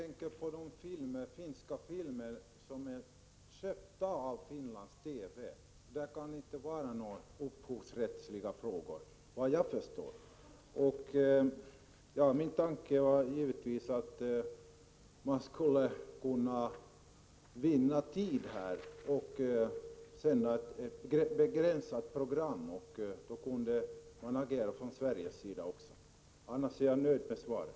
Fru talman! För de finska filmer som har köpts av Finlands TV kan det inte vara några upphovsrättsliga problem, såvitt jag förstår. Min tanke var givetvis att man skulle kunna vinna tid och sända ett begränsat antal program, och då kunde även Sverige agera. Annars är jag nöjd med svaret.